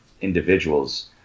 individuals